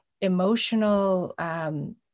emotional